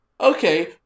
okay